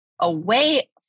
away